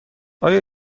آیا